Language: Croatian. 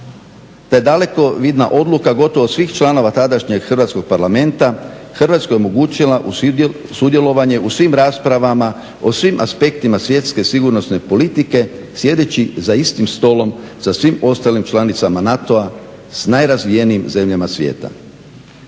Ta dalekovidna odluka gotovo svih članova tadašnjeg Hrvatskog parlamenta Hrvatskoj je omogućila sudjelovanje u svim raspravama o svim aspektima svjetske sigurnosne politike sjedeći za istim stolom sa svim ostalim članicama NATO-a s najrazvijenijim zemljama svijeta.